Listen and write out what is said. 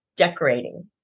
Decorating